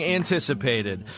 anticipated